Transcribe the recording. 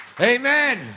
Amen